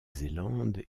zélande